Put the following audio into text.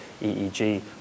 EEG